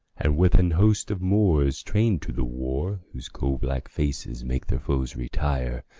and with an host of moors train'd to the war, whose coal-black faces make their foes retire,